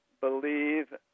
believe